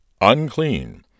Unclean